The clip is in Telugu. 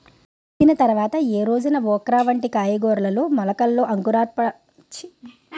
విత్తిన తర్వాత ఏ రోజున ఓక్రా వంటి కూరగాయల మొలకలలో అంకురోత్పత్తి శక్తి సూచికను గణిస్తారు?